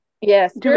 yes